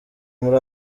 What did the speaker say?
muri